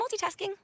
multitasking